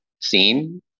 scene